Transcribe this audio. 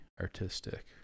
artistic